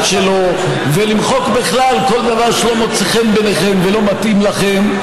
שלו ולמחוק בכלל כל דבר שלא מוצא חן בעיניכם ולא מתאים לכם,